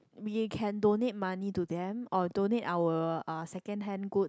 we can donate money to them or donate our uh second hand good